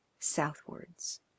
southwards